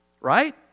Right